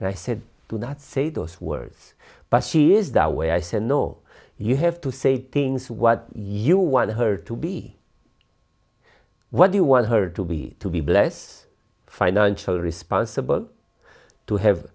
and i said do not say those words but she is that way i said no you have to say things what you want her to be what you want her to be to be bless financial responsible to have